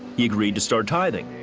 he agreed to start tithing,